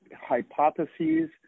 hypotheses